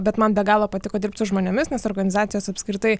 bet man be galo patiko dirbt su žmonėmis nes organizacijos apskritai